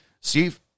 Steve